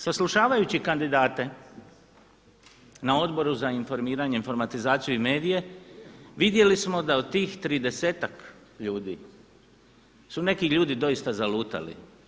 Saslušavajući kandidate na Odboru za informiranje, informatizaciju i medije vidjeli smo da od tih tridesetak ljudi su neki ljudi doista zalutali.